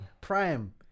Prime